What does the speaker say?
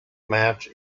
match